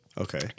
Okay